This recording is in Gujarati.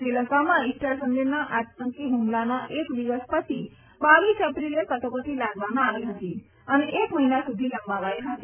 શ્રીલંકામાં ઈસ્ટર સંડેના આતંકી હુમલાના એક દિવસ પછી બાવીસ એપ્રિલે કટોકટી લાદવામાં આવી હતી અને એક મહિના સુધી લંબાવાઈ હતી